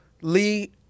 Lee